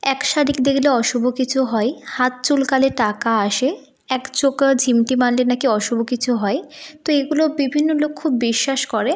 এক শালিক দেখলে অশুভ কিছু হয় হাত চুলকালে টাকা আসে এক চোখ ঝিমটি মারলে নাকি অশুভ কিছু হয় তো এগুলো বিভিন্ন লোক খুব বিশ্বাস করে